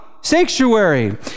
sanctuary